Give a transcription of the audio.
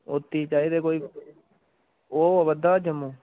उसदी चाहिदे कोई ओह् आवा'रदा जम्मू